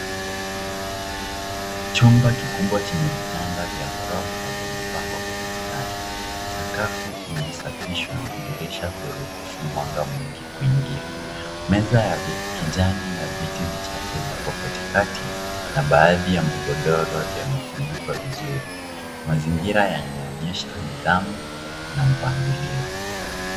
Chumba kikubwa chenye vitanda vya ghorofa vimepangwa kwa mstari. Sakafu imesafishwa na dirisha kuruhusu mwanga mwingi kuingia. Meza ya kijani na viti vichache vipo katikati na baadhi ya magodoro yamefunikwa vizuri. Mazingira yanaonyesha nidhamu na mpangilio.